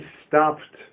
stopped